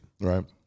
Right